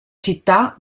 città